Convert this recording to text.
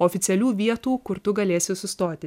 oficialių vietų kur tu galėsi sustoti